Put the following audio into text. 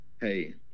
hey